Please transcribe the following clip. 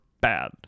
bad